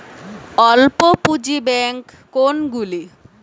অল্প পুঁজি ব্যাঙ্ক কোনগুলি?